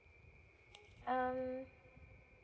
um